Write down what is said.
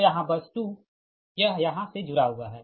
तो यहाँ बस 2 यह यहाँ से जुड़ा हुआ है